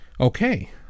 Okay